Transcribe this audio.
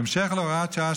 בהמשך להוראת שעה,